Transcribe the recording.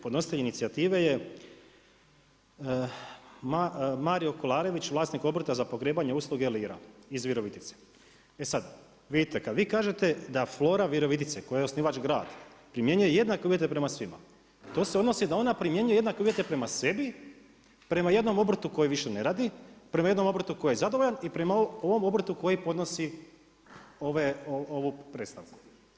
Podnositelj inicijative je Mario Kolarević, vlasnik obrta za pogrebne usluge Lira iz Virovitice.“ E sad, vidite kad vi kažete da Flora Virovitica kojoj je osnivač grad primjenjuje jednake uvjete prema svima, to se odnosi da ona primjenjuje jednake uvjete prema sebi, prema jednom obrtu koji više ne radi, prema jednom obrtu koji je zadovoljan i prema ovom obrtu koji podnosi ovu predstavku.